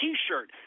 T-shirt